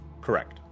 Correct